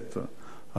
השר מיסז'ניקוב,